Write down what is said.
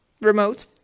remote